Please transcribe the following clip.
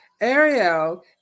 Ariel